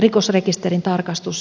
rikosrekisterin tarkastus